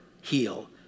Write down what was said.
heal